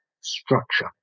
structure